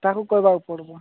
ତାଙ୍କୁ କହିବାକୁ ପଡ଼ିବ